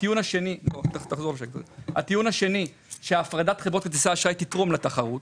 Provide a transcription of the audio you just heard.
הטיעון השני הוא שהפרדת חברות כרטיסי האשראי תתרום לתחרות.